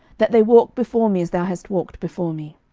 that they walk before me as thou hast walked before me.